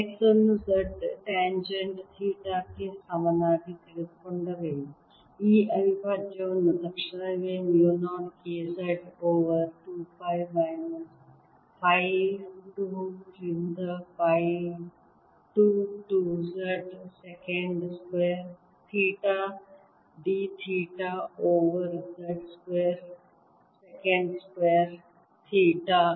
X ಅನ್ನು z tangent theta ಕ್ಕೆ ಸಮನಾಗಿ ತೆಗೆದುಕೊಂಡರೆ ಈ ಅವಿಭಾಜ್ಯವನ್ನು ತಕ್ಷಣವೇ ಮು 0 K z over 2 pi minus pi 2 ರಿಂದ pi to 2 z second square theta d theta over z square second square theta